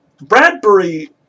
Bradbury